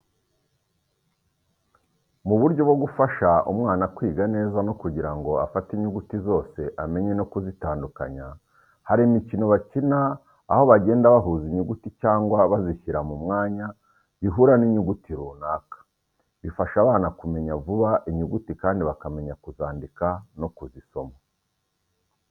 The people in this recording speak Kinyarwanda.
Mu buryo bwo gufasha uh mwana kwiga neza no kugirango afate inyuguti zose amenye no kuzitandukanya, hari imikino bakina aho bagenda bahuza inyuguti cyangwa bazishyira mu mwanya bihura n'inyuguti runaka. Bifasha abana kumenya vhba inhhguti kandi bakamenya kuzanduka no kuzisoma.